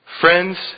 Friends